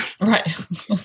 Right